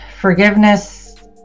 forgiveness